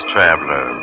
Traveler